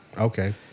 Okay